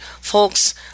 folks